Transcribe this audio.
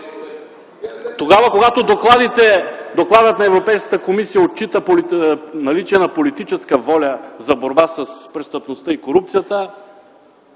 въпроси. Когато докладът на Европейската комисия отчита наличие на политическа воля за борба с престъпността и корупцията,